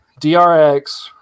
DRX